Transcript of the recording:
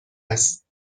است